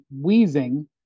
wheezing